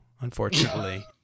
unfortunately